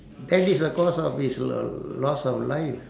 and he's a cause of his uh loss of life